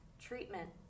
treatment